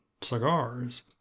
cigars